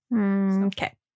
Okay